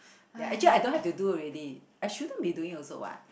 ya actually I don't have to do already I shouldn't be doing also what